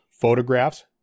photographs